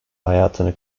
hayatını